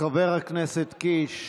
חבר הכנסת קיש,